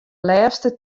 lêste